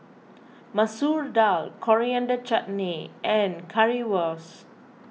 Masoor Dal Coriander Chutney and Currywurst